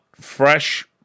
Fresh